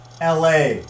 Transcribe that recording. LA